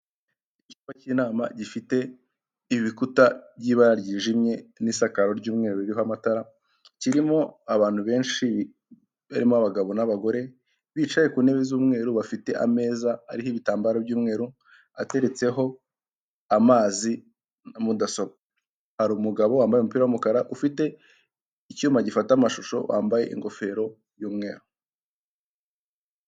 Icyumba cy'inama gifite ibikuta by'ibara ryijimye n'isakaro ry'umweru riho amatara kirimo abantu benshi barimo abagabo n'abagore bicaye ku ntebe z'umweru bafite ameza ariho ibitambaro by'umweru ateretseho amazi na mudasobwa, hari umugabo wambaye umupira w'umukara ufite icyuma gifata amashusho wambaye ingofero y'umweru.